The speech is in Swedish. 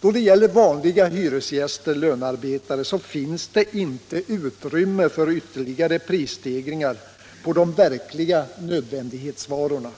Då det gäller vanliga hyresgäster-lönarbetare finns det inte utrymme för ytterligare prisstegringar på de verkliga nödvändighetsvarorna: